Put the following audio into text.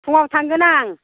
फुङाव थांगोन आं